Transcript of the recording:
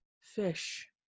fish